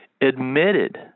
admitted